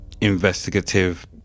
investigative